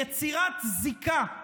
יצירת זיקה,